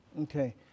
Okay